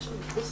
בבקשה.